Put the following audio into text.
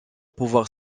pouvoir